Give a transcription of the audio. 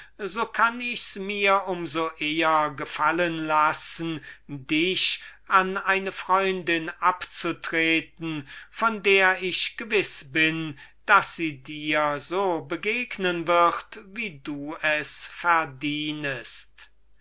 so kann ich mirs um so eher gefallen lassen dich an eine freundin abzutreten von der ich gewiß bin daß dir so begegnet werden wird wie du es verdienest